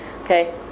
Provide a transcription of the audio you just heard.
Okay